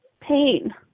pain